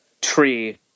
tree